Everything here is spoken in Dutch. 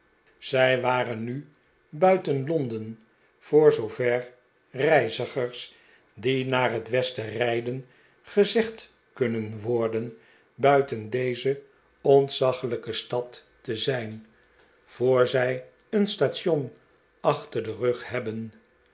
zij waren nu buiten londen voor zoover reizigers die naar het westen rijden gezegd kunnen worden buiten deze ontzaglijke stad te zijn voor zij een station achter den rug hebben